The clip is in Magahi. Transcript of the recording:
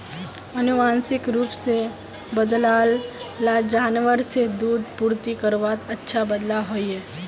आनुवांशिक रूप से बद्लाल ला जानवर से दूध पूर्ति करवात अच्छा बदलाव होइए